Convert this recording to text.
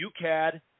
UCAD